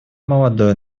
молодое